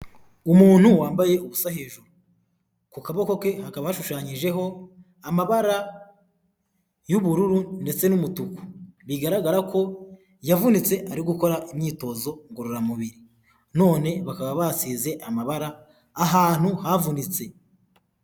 Umuntu wambaye ubusa hejuru, ku kaboko ke hakaba ashushanyijeho amabara y'ubururu ndetse n'umutuku, bigaragara ko yavunitse ari gukora imyitozo ngororamubiri none bakaba basize amabara ahantu havunitse.